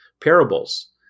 parables